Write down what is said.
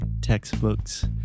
textbooks